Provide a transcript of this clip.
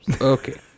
Okay